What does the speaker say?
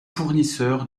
fournisseur